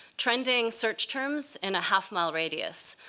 trending search terms in a half-mile radius.